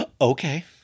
okay